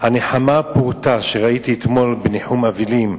שהנחמה פורתא שראיתי אתמול בניחום אבלים,